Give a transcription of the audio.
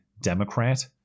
Democrat